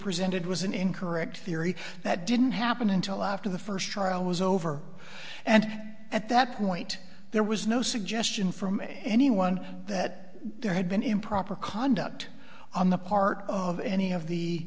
presented was an incorrect theory that didn't happen until after the first trial was over and at that point there was no suggestion from anyone that there had been improper conduct on the part of any of the